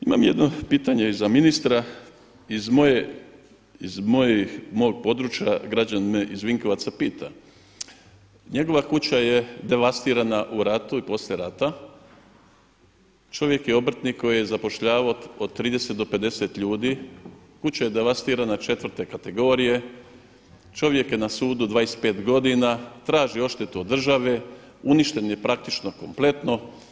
Imam jedno pitanje i za ministra, iz mog područja građanin me iz Vinkovaca pita, njegova kuća je devastirana u ratu i poslije rata, čovjek je obrtnik koji je zapošljavao od 30 do 50 ljudi, kuća je devastirana 4. kategorije, čovjek je na sudu 25 godina, traži odštetu od države, uništen je praktički kompletno.